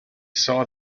saw